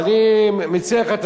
ואני מציע לך,